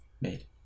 made